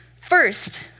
First